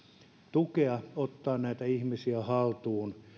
tukea ottaa näitä ihmisiä haltuun